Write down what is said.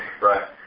Right